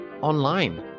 Online